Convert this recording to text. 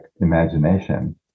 imagination